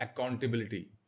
accountability